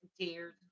tears